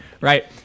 right